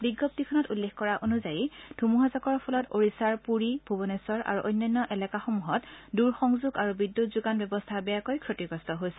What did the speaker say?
বিজ্ঞপ্তিখনত উল্লেখ কৰা অনুযায়ী ধুমুহাজাকৰ ফলত ওড়িশাৰ পুৰী ভুবনেশ্বৰ আৰু অন্যান্য এলেকাসমূহত দূৰসংযোগ আৰু বিদ্যুৎ যোগান ব্যৱস্থা বেয়াকৈ ক্ষতিগ্ৰস্ত হৈছে